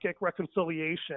reconciliation